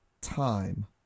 time